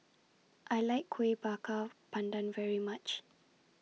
I like Kuih Bakar Pandan very much